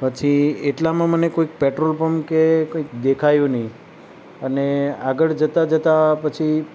પછી એટલામાં મને કોઈ પેટ્રોલ પંપ કે કંઈ દેખાયું નહીં અને આગળ જતાં જતાં પછી